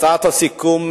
הצעת הסיכום,